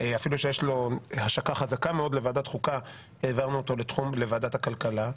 כשזה עובר לוועדת הכלכלה,